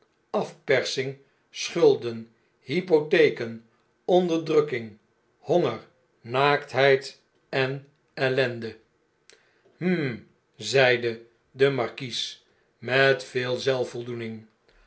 afpersing schulden hypotheken onderdrukking honger naaktheid en ellende hm zei weder de markies met veel